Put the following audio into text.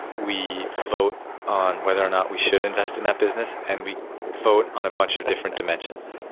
we vote on whether or not we should invest in that business, and we vote on a bunch of different dimensions.